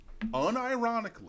unironically